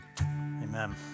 Amen